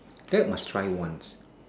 that must try once